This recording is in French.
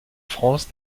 france